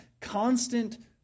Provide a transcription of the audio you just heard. Constant